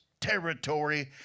territory